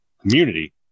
community